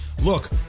look